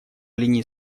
линии